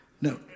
No